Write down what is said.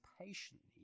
patiently